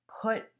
Put